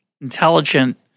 intelligent